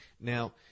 Now